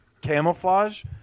camouflage